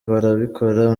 barabikora